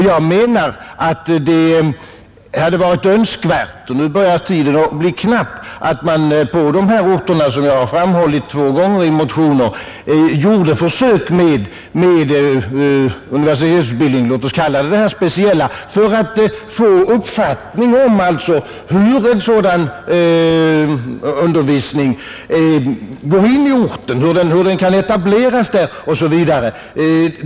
Jag anser att det hade varit önskvärt, ty nu börjar tiden bli knapp, att man på de orter som jag två gånger framhållit i motioner gjorde försök med universitetsutbildning, låt oss kalla den speciell, för att få en uppfattning om hur en sådan undervisning passar på orten, kan etableras där osv.